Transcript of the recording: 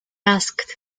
asked